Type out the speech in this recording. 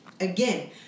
again